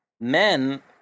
men